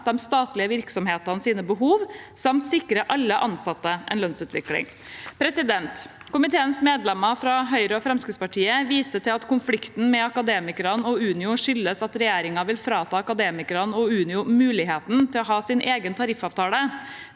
de statlige virksomhetenes behov samt sikre alle ansatte en lønnsutvikling. Komiteens medlemmer fra Høyre og Fremskrittspartiet viser til at konflikten med Akademikerne og Unio skyldes at regjeringen vil frata Akademikerne og Unio muligheten til å ha sin egen tariffavtale.